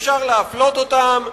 אפשר להפלות אותם,